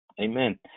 Amen